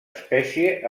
espècie